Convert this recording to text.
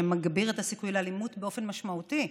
שמגביר את הסיכוי לאלימות באופן משמעותי.